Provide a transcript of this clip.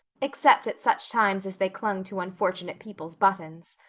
except at such times as they clung to unfortunate people's buttons.